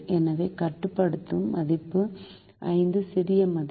எனவே கட்டுப்படுத்தும் மதிப்பு 5 சிறிய மதிப்பு